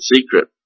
secret